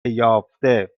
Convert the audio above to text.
یافته